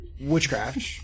Witchcraft